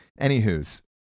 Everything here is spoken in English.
anywho's